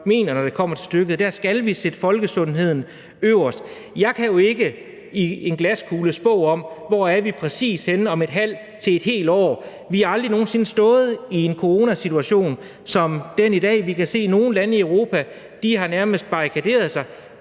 mener, når det kommer til stykket. Der skal vi sætte folkesundheden øverst. Jeg kan jo ikke i en glaskugle spå om, hvor vi præcis er henne om et halvt til et helt år. Vi har aldrig nogen sinde stået i en coronasituation som den i dag. Vi kan se, at nogle lande i Europa nærmest har barrikaderet sig